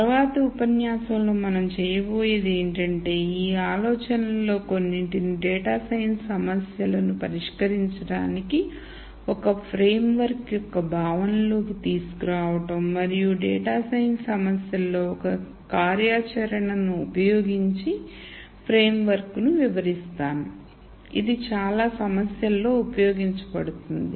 తరువాతి ఉపన్యాసంలో మనం చేయబోయేది ఏమిటంటే ఈ ఆలోచనలలో కొన్నింటిని డేటా సైన్స్ సమస్యలను పరిష్కరించడానికి ఒక ఫ్రేమ్వర్క్ యొక్క భావనలోకి తీసుకురావడం మరియు డేటా సైన్స్ సమస్యలలో ఒక కార్యాచరణను ఉపయోగించి ఫ్రేమ్వర్క్ ను వివరిస్తాను ఇది చాలా సమస్యలలో ఉపయోగించబడుతుంది